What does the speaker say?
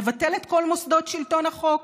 נבטל את כל מוסדות שלטון החוק.